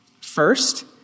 First